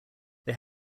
they